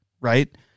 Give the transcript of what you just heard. right